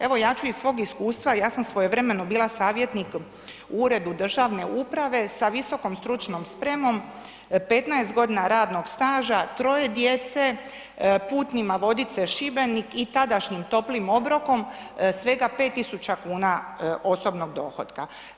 Evo, ja ću iz svog iskustva, ja sam svojevremeno bila savjetnik u uredu državne uprave sa visokom stručnom spremom, 15 godina radnog staža, 3 djece, putnima Vodice – Šibenik i tadašnjim toplim obrokom svega 5.000 kuna osobnog dohotka.